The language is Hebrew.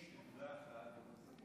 יש לי מילה אחת בנושא.